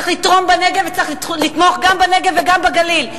צריך לתרום בנגב וצריך לתמוך גם בנגב וגם בגליל,